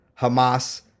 Hamas